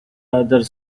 other